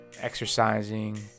exercising